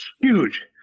huge